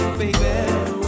baby